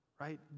right